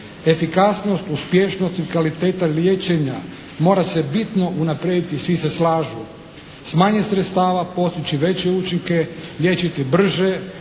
Efikasnost, uspješnost i kvaliteta liječenja mora se bitno unaprijediti, svi se slažu, s manje sredstava postići veće učinke, liječiti brže,